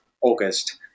August